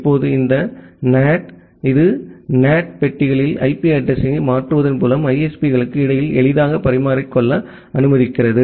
இப்போது இந்த NAT இது NAT பெட்டிகளில் ஐபி அட்ரஸிங் யை மாற்றுவதன் மூலம் ISP களுக்கு இடையில் எளிதாக பரிமாறிக்கொள்ள அனுமதிக்கிறது